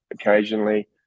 occasionally